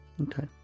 Okay